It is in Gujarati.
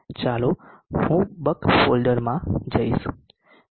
ચાલો હવે હું બક ફોલ્ડરમાં જઈશ અને બક